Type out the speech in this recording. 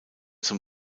zum